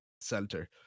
center